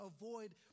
avoid